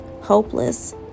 Hopeless